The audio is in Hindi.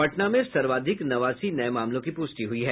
पटना में सर्वाधिक नवासी नये मामलों की पुष्टि हुई है